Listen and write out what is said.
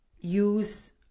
use